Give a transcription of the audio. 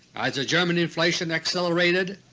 as the german inflation accelerated,